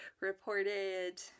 reported